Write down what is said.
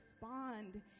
respond